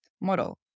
model